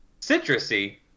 citrusy